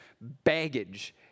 baggage